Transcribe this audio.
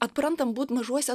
atprantam būt mažuose